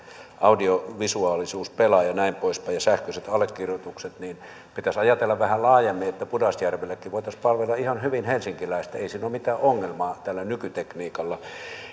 audiovisuaalisuus pelaa ja sähköiset allekirjoitukset ja näin poispäin pitäisi ajatella vähän laajemmin että pudasjärvelläkin voitaisiin palvella ihan hyvin helsinkiläistä ei siinä ole mitään ongelmaa tällä nykytekniikalla